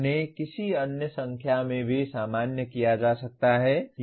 उन्हें किसी अन्य संख्या में भी सामान्य किया जा सकता है